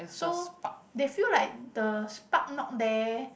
so they feel like the spark not there